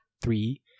three